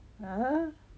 !huh!